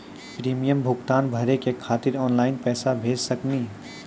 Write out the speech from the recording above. Premium भुगतान भरे के खातिर ऑनलाइन पैसा भेज सकनी?